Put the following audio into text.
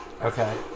Okay